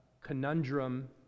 conundrum